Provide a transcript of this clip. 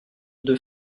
deux